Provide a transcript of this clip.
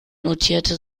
notierte